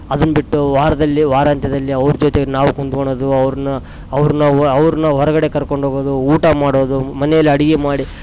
ಅದನ್ನ ಬಿಟ್ಟು ವಾರದಲ್ಲಿ ವಾರಾಂತ್ಯದಲ್ಲಿ ಅವರ ಜೊತೆ ನಾವು ಕುಂತ್ಕೊಳ್ಳೋದು ಅವ್ರನ್ನ ಅವ್ರನ್ನ ವ್ ಅವ್ರನ್ನ ಹೊರಗಡೆ ಕರ್ಕೊಂಡು ಹೋಗೋದು ಊಟ ಮಾಡೋದು ಮನೆಯಲ್ಲಿ ಅಡಿಗೆ ಮಾಡಿ